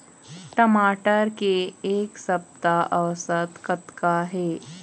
टमाटर के एक सप्ता औसत कतका हे?